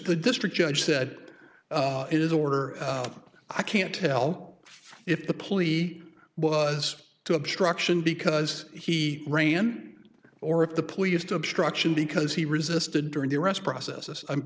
the district judge said it is order of i can't tell if the plea was to obstruction because he ran or if the police to obstruction because he resisted during the arrest process i'm